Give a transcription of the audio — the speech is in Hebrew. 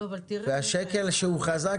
והשקל שהוא חזק,